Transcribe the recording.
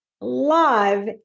love